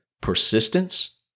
persistence